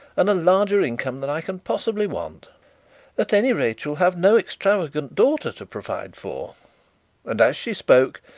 and a larger income than i can possibly want at any rate, you'll have no extravagant daughter to provide for and as she spoke,